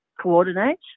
coordinate